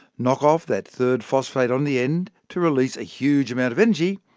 knock off that third phosphate on the end, to release a huge amount of energy,